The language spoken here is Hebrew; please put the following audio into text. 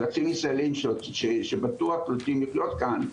אזרחים ישראלים שבטוח רוצים לחיות כאן,